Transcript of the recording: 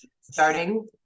starting